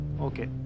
Okay